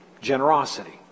generosity